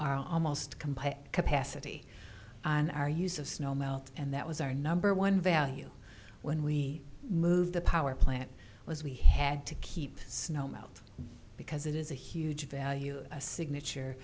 by capacity on our use of snow melt and that was our number one value when we moved the power plant was we had to keep snow melt because it is a huge value a signature